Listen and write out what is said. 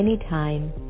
anytime